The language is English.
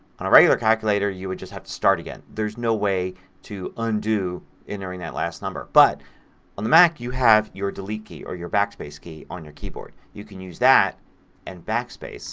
on a regular calculator you would just have to start again. there's no way to undo entering that last number. but on the mac you have the delete key, or your backspace key, on your keyboard. you can use that and backspace